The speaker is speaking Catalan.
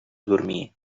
dormir